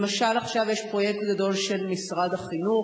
למשל עכשיו יש פרויקט גדול של משרד החינוך